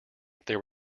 there